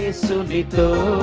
so nato